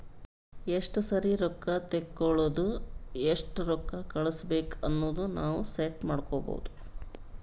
ಎಸ್ಟ ಸರಿ ರೊಕ್ಕಾ ತೇಕೊಳದು ಎಸ್ಟ್ ರೊಕ್ಕಾ ಕಳುಸ್ಬೇಕ್ ಅನದು ನಾವ್ ಸೆಟ್ ಮಾಡ್ಕೊಬೋದು